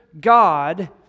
God